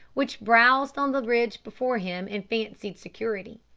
which browsed on the ridge before him in fancied security.